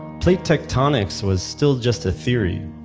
plate tectonics was still just a theory,